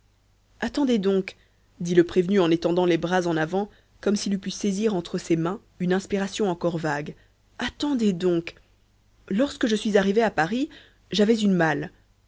attendez donc dit le prévenu en étendant les bras en avant comme s'il eût pu saisir entre ses mains une inspiration encore vague attendez donc lorsque je suis arrivé à paris j'avais une malle